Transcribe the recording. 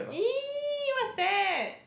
!ee! what's that